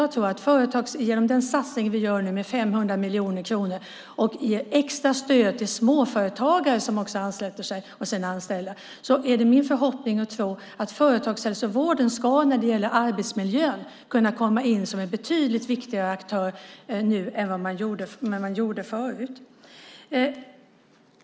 Genom den satsning vi gör nu på 500 miljoner kronor och extra stöd till småföretagare som ansluter sig och sedan anställer är det min förhoppning och tro att företagshälsovården nu ska kunna komma in som en betydligt viktigare aktör när det gäller arbetsmiljön än vad man gjorde förut.